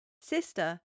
Sister